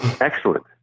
Excellent